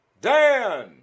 Dan